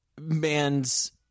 man's